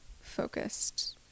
focused